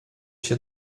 się